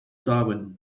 darwin